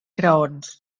graons